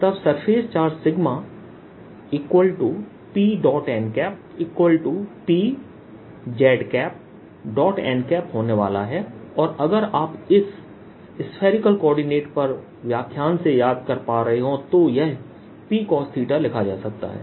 तब surface charge sigma PnP z n होने वाला है और अगर आप इस स्फेरिकल कोऑर्डिनेट पर व्याख्यान से याद कर पा रहे हो तो यह P cosलिखा जा सकता है